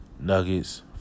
Nuggets